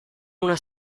una